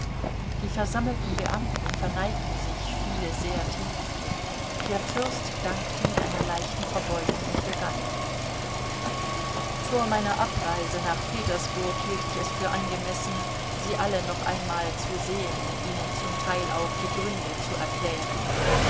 die versammelten beamten verneigten sich viele sehr tief der fürst dankte mit einer leichten verbeugung und begann vor meiner abreise nach petersburg hielt ich es für angemessen sie alle noch einmal zu sehen und ihnen zum teil auch die gründe zu erklären